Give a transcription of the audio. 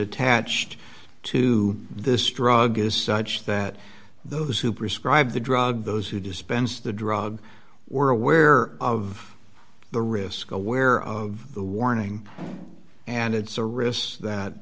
attached to this drug is such that those who prescribe the drug those who dispense the drug were aware of the risk of aware of the warning and it's a risks that